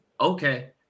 okay